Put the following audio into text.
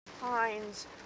Pines